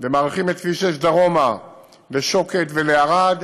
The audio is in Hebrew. ומאריכים את כביש 6 דרומה לשוקת ולערד